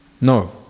No